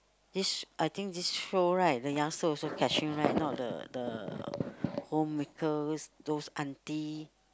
this I think this show right the youngster also catching right not the the homemakers those auntie